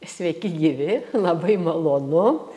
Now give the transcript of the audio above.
sveiki gyvi labai malonu